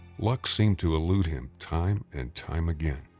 luck seemed to elude him time and time again.